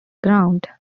ground